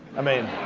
i mean,